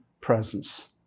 presence